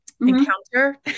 encounter